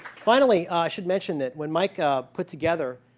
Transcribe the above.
finally, i should mention that when mike put together,